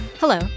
Hello